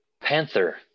Panther